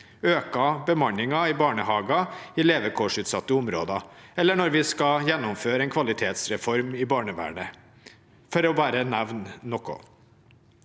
øker bemanningen i barnehager i levekårsutsatte områder eller når vi skal gjennomføre en kvalitetsreform i barnevernet, bare for å nevne noe.